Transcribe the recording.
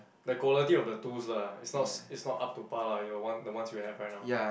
the quality of the tools lah it's not s~ it's not up to par lah your one the ones you have right now